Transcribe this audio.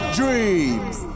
dreams